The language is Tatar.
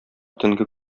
төнге